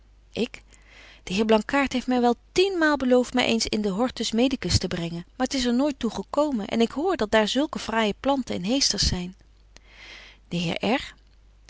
ik de heer blankaart heeft my wel tienmaal belooft my eens in den hortus medicus te brengen maar t is er nooit toegekomen en ik hoor dat daar zulke fraaije planten en heesters zyn